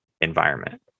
environment